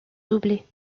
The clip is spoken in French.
doubler